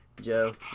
Joe